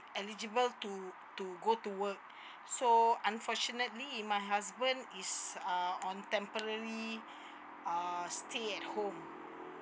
eligible to to go to work so unfortunately my husband is uh on temporary uh stay at home